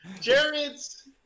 jared's